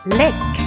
lick